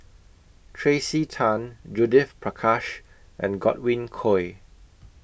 Tracey Tan Judith Prakash and Godwin Koay